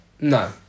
No